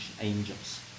angels